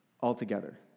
altogether